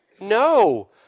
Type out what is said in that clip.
No